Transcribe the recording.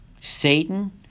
Satan